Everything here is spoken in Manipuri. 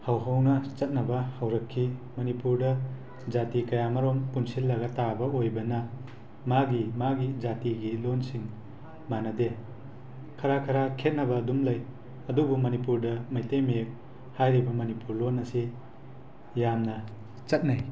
ꯅꯧꯍꯧꯅ ꯆꯠꯅꯕ ꯍꯧꯔꯛꯈꯤ ꯃꯅꯤꯄꯨꯔꯗ ꯖꯥꯇꯤ ꯀꯌꯥ ꯃꯔꯣꯝ ꯄꯨꯟꯁꯤꯜꯂꯒ ꯇꯥꯕ ꯑꯣꯏꯕꯅ ꯃꯥꯒꯤ ꯃꯥꯒꯤ ꯖꯥꯇꯤꯒꯤ ꯂꯣꯟꯁꯤꯡ ꯃꯥꯟꯅꯗꯦ ꯈꯔ ꯈꯔ ꯈꯦꯠꯅꯕ ꯑꯗꯨꯝ ꯂꯩ ꯑꯗꯨꯕꯨ ꯃꯅꯤꯄꯨꯔꯗ ꯃꯩꯇꯩ ꯃꯌꯦꯛ ꯍꯥꯏꯔꯤꯕ ꯃꯅꯤꯄꯨꯔ ꯂꯣꯟ ꯑꯁꯤ ꯌꯥꯝꯅ ꯆꯠꯅꯩ